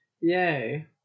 yay